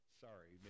sorry